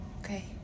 Okay